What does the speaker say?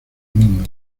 mundo